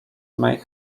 may